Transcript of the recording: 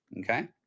Okay